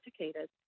educated